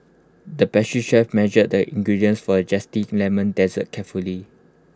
the pastry chef measured the ingredients for A Zesty Lemon Dessert carefully